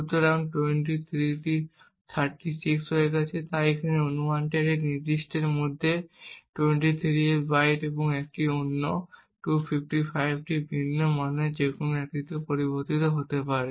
মূলত এই 23টি 36 হয়ে গেছে তাই এখানে অনুমানটি এই নির্দিষ্টটির মধ্যে 23 এর বাইট এটি অন্য 255টি ভিন্ন মানের যেকোনো একটিতে পরিবর্তিত হতে পারে